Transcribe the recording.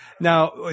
Now